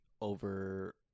over